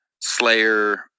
slayer